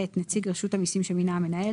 (ב) נציג רשות המסים שמינה המנהל.